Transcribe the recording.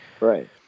right